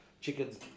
chickens